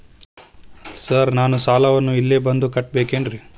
Sir ನಾನು ಸಾಲವನ್ನು ಇಲ್ಲೇ ಬಂದು ಕಟ್ಟಬೇಕೇನ್ರಿ?